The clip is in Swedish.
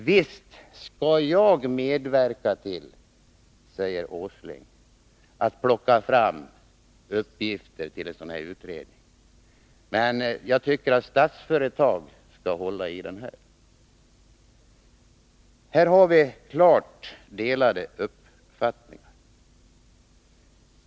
Visst skall jag medverka till, säger Nils Åsling, att plocka fram uppgifter till en sådan här utredning, men jag tycker att Statsföretag skall hålla i den. — Här har vi klart skilda uppfattningar.